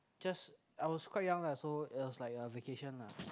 just I was quite young ah so it was like a vacation lah